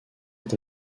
est